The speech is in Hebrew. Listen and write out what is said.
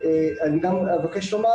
אני גם מבקש לומר